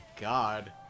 god